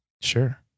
Sure